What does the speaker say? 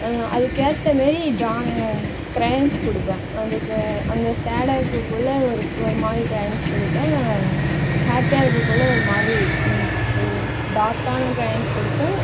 அதுக்கேற்ற மாரி draw crayons கொடுப்பன் அதுக்கு அந்த சேடாக இருக்ககுள்ள ஒரு மாதிரி க்ரயான்ஸ் கொடுப்பன் ஹாப்பியாக இருக்ககுள்ள ஒரு மாதிரி டார்க்கான க்ரயான்ஸ் கொடுப்பன்